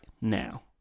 now